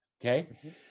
okay